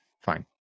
Fine